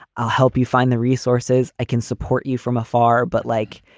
i'll help you find the resources. i can support you from afar. but like,